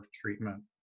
treatment